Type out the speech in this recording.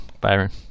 Byron